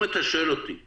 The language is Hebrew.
אם אתה שואל אותי היום,